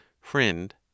FRIEND